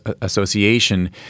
Association